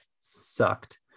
sucked